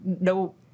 no